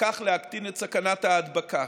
וכך להקטין את סכנת ההדבקה.